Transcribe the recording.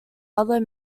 other